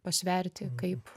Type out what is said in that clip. pasverti kaip